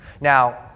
Now